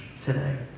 today